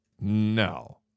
No